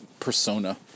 persona